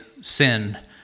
sin